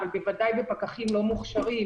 אבל בוודאי בפקחים לא מוכשרים